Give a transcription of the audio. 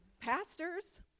pastors